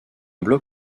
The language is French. bloc